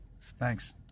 Thanks